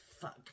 fuck